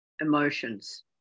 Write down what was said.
emotions